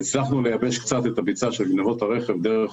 והצלחנו לייבש קצת את גניבות הרכב דרך